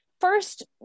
First